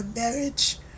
marriage